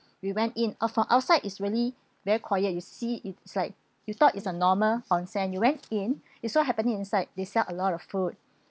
we went in oh from outside is really very quiet you see it's like you thought is a normal onsen you went in it so happening inside they sell a lot of food